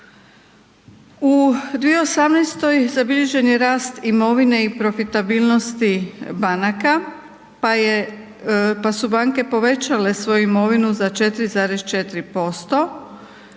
U 2018. zabilježen je rast imovine i profitabilnosti banaka pa su banke povećale svoju imovinu za 4,4%